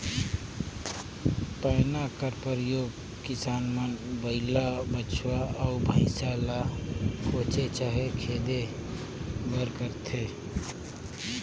पैना का परियोग किसान मन बइला, बछवा, अउ भइसा ल कोचे चहे खेदे बर करथे